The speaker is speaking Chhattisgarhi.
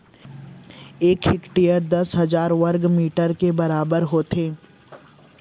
एक हेक्टर दस हजार वर्ग मीटर के बराबर होथे